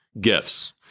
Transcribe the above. Gifts